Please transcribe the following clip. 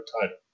title